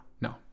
No